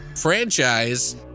franchise